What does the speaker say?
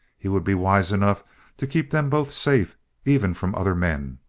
he would be wise enough to keep them both safe even from other men,